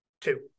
Two